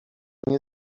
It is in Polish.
nie